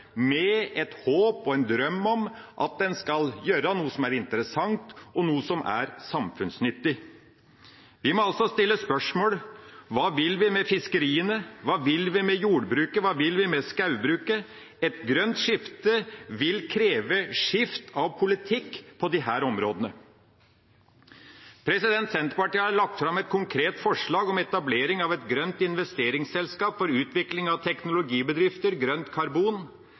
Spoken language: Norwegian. med et håp og en drøm om at en skal gjøre noe som er interessant og samfunnsnyttig. Vi må altså stille spørsmål: Hva vi vil med fiskeriene, hva vil vi med jordbruket, hva vi vil med skogbruket? Et grønt skifte vil kreve skifte av politikk på disse områdene. Senterpartiet har lagt fram et konkret forslag om etablering av et grønt investeringsselskap for utvikling av teknologibedrifter, grønt karbon.